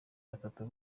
batatu